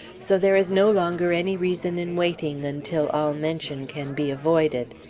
so there is no longer any reason in waiting until all mention can be avoided.